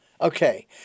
okay